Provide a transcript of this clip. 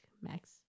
Max